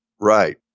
Right